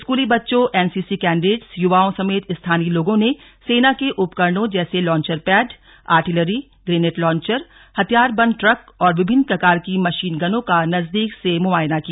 स्कूली बच्चों NCC cadets युवाओं समेत स्थानीय लोगों ने सेना के उपकरणों जैसे launcher pad artillery grenade launcher हथियारबंद ट्रक और विभिन्न प्रकार की मशीन गनों का नजदीक से मुआयना किया